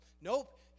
nope